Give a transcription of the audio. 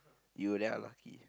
you damn lucky